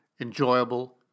enjoyable